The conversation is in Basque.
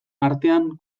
artean